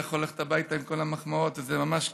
אני יכול ללכת הביתה עם כל המחמאות, וזה ממש כיף.